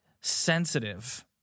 sensitive